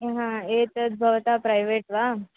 अ हा एतद् भवन्तः प्रैवेट् वा